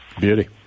Beauty